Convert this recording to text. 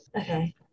Okay